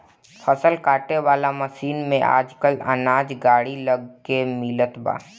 फसल काटे वाला मशीन में आजकल अनाज गाड़ी लग के मिलत बा